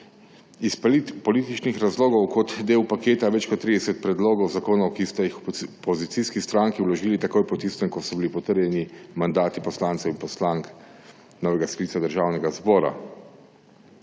iz političnih razlogov kot del paketa več kot 30 predlogov zakonov, ki ste jih v opozicijski stranki vložili takoj po tistem, ko so bili potrjeni mandati poslancev in poslank novega sklica državnega zbora.